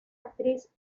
actriz